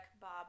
bob